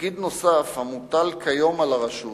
תפקיד נוסף המוטל כיום על הרשות